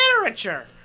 literature